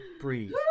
breathe